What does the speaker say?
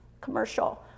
commercial